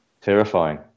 Terrifying